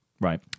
right